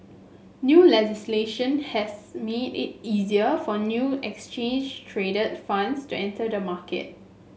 new legislation has made it easier for new exchange traded funds to enter the market